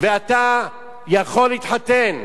ואתה יכול להתחתן.